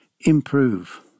improve